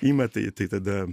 ima tai tai tada